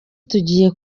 tugiye